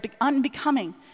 unbecoming